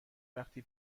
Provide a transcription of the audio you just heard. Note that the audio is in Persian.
وقتی